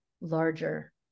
larger